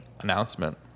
announcement